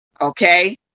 Okay